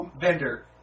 vendor